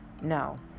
no